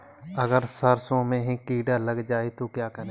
अगर सरसों में कीड़ा लग जाए तो क्या करें?